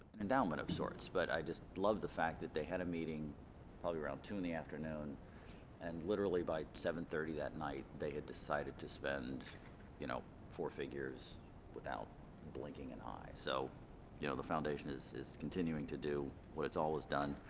endowment of sorts but i just love the fact that they had a meeting around two in the afternoon and literally by seven-thirty that night they had decided to spend you know four figures without blinking an eye so you know the foundation is is continuing to do what is always done